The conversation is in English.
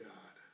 God